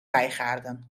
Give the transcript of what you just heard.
bijgaarden